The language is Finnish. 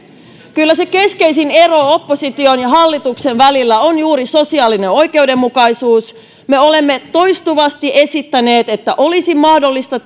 kyllä se keskeisin ero opposition ja hallituksen välillä on juuri sosiaalinen oikeudenmukaisuus me olemme toistuvasti esittäneet että olisi mahdollista